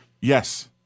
Yes